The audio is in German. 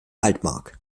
altmark